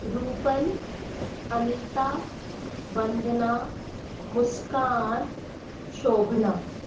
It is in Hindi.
रोपल अनीता वंदना मुस्कान शोभना